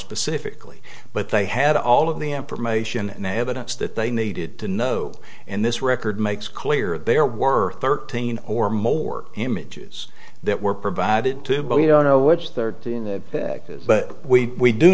specifically but they had all of the information and the evidence that they needed to know and this record makes clear they are worth thirteen or more images that were provided to but he don't know which they're doing that but we do